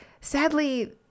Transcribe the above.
Sadly